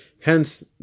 Hence